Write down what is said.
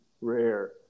rare